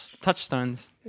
touchstones